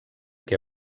què